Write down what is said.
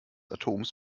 atoms